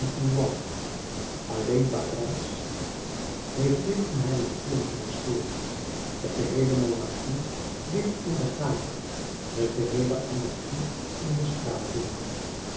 alleen parijs heeft dit in haar natuurlijke historie de geheele monarchie ligt in den gaper de geheele anarchie in den